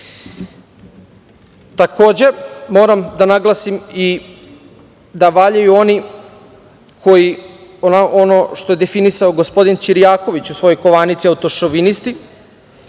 moram da naglasim i da valjaju oni koji ono što je definisao gospodin Ćirjaković u svojoj kovanici – Autošovinisti,